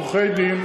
עורכי-דין,